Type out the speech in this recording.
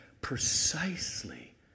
precisely